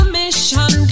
mission